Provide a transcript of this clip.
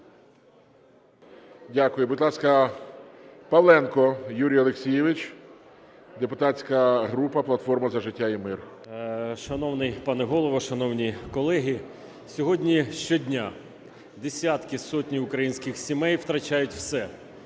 Дякую. Будь ласка, Павленко Юрій Олексійович, депутатська група "Платформа за життя і мир". 14:30:44 ПАВЛЕНКО Ю.О. Шановний пане Голово, шановні колеги! Сьогодні щодня десятки, сотні українських сімей втрачають все,